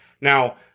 Now